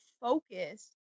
focus